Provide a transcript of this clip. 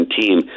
team